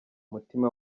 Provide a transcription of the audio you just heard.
mutima